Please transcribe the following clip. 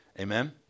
Amen